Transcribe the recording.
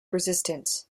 resistance